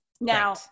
Now